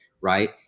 right